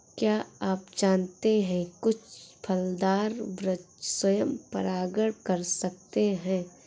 क्या आप जानते है कुछ फलदार वृक्ष स्वयं परागण कर सकते हैं?